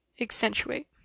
accentuate